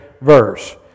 verse